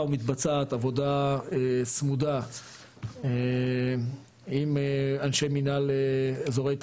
ומתבצעת עבודה צמודה עם אנשי מנהל אזורי תעשייה,